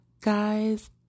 Guys